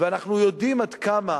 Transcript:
ואנחנו יודעים עד כמה